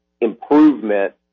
improvement